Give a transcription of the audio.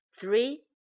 Three